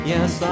Yes